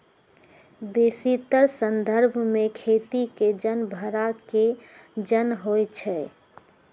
बेशीतर संदर्भ में खेती के जन भड़ा के जन होइ छइ